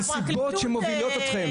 גבירתי,